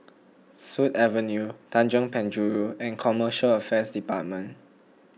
Sut Avenue Tanjong Penjuru and Commercial Affairs Department